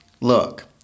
Look